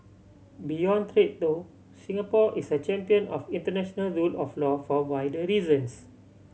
beyond trade though Singapore is a champion of international rule of law for wider reasons